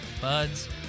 Buds